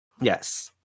Yes